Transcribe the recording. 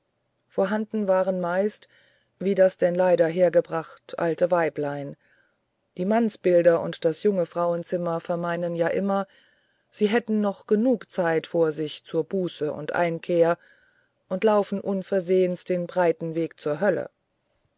vorhanden waren meist wie das denn leider hergebracht alte weiblein die mannsbilder und das junge frauenzimmer vermeinen ja immer sie hätten noch zeit genug vor sich zur buße und einkehr und laufen unversehens den breiten weg zur hölle